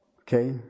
okay